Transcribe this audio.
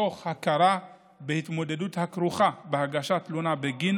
מתוך הכרה בהתמודדות הכרוכה בהגשת תלונה בגין